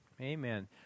Amen